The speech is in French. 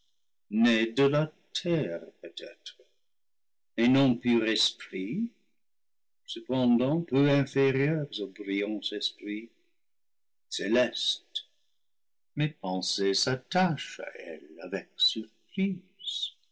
de la terre peut-être et non plus esprit cependant peu inférieurs aux brillants esprits cé lestes mes pensées s'attachent à elles avec suprise